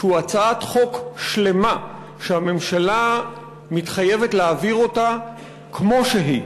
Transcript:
שהוא הצעת חוק שלמה שהממשלה מתחייבת להעביר אותה כמו שהיא.